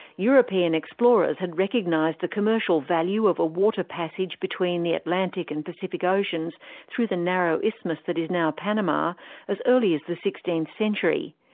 european explorers had recognised the commercial value of a water passage between the atlantic and pacific oceans through the narrow isthmus that is now panama as early as the sixteenth century.